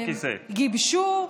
גיבשו,